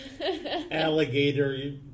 alligator